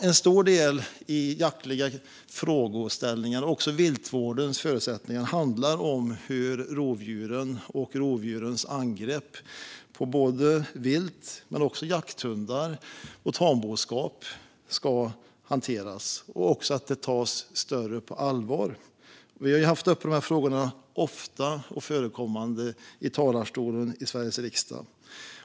En stor del i jaktliga frågeställningar och i viltvårdens förutsättningar handlar om hur rovdjuren och rovdjurens angrepp på vilt men också på jakthundar och tamboskap ska hanteras. Det ska tas på större allvar. Vi har som sagt haft de här frågorna ofta. De har varit ofta förekommande i talarstolen i Sveriges riksdag.